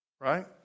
Right